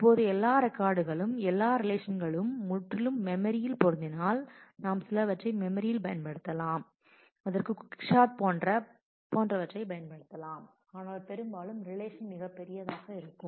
இப்போது எல்லா ரெக்கார்டுகளும் எல்லா ரிலேஷன்களும் முற்றிலும் மெமரியில் பொருந்தினால் நாம் சிலவற்றை மெமரியில் பயன்படுத்தலாம் அதற்கு குயிக் ஷாட் போன்றவற்றை பயன்படுத்தலாம் ஆனால் பெரும்பாலும் ரிலேஷன் மிகப் பெரியதாக இருக்கும்